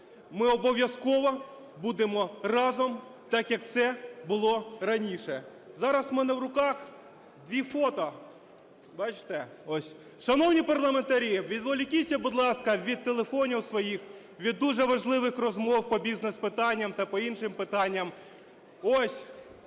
Ми обов'язково будемо разом, так, як це було раніше. Зараз в мене в руках дві фото, бачите ось. Шановні парламентарі, відволікніться, будь ласка, від телефонів своїх, від дуже важливих розмов по бізнес-питанням та по іншим питанням. Ось